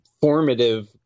formative